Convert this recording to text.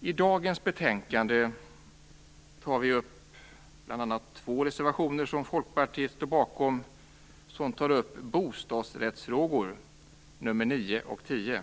I dagens betänkande tar vi bl.a. upp två reservationer som Folkpartiet står bakom som gäller bostadsrättsfrågor. Det handlar om reservationerna 9 och 10.